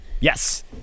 Yes